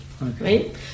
right